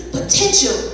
Potential